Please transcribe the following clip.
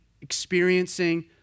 experiencing